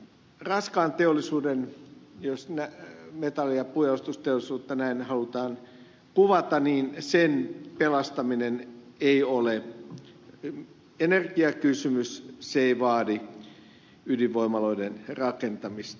raskaan teollisuuden jos metalli ja puunjalostusteollisuutta näin halutaan kuvata pelastaminen ei ole energiakysymys se ei vaadi ydinvoimaloiden rakentamista